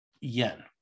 yen